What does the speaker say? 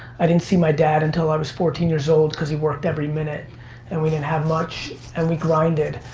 i didn't see my dad until i was fourteen years old cause he worked every minute and we didn't have much and we grinded.